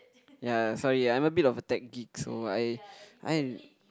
ya sorry I'm a bit of a tech geek so I I'm